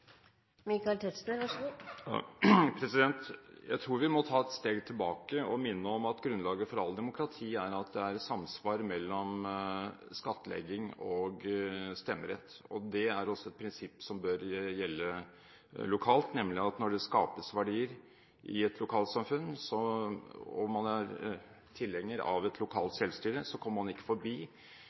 Jeg tror vi må ta et steg tilbake og minne om at grunnlaget for alt demokrati er at det er samsvar mellom skattlegging og stemmerett. Det er et prinsipp som også bør gjelde lokalt. Når det skapes verdier i et lokalsamfunn, og man er tilhenger av et lokalt selvstyre, kommer man ikke forbi